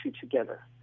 together